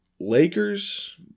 Lakers